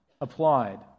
applied